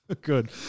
good